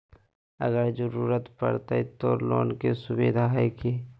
अगर जरूरत परते तो लोन के सुविधा है की?